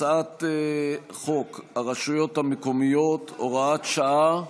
הצעת חוק הרשויות המקומיות (הוראת שעה)